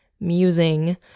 musing